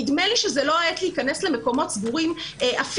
נדמה לי שזה לא העת להיכנס למקומות סגורים וצפופים.